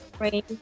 Rain